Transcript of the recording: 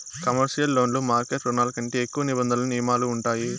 commercial లోన్లు market రుణాల కంటే ఎక్కువ నిబంధనలు నియమాలు ఉంటాయి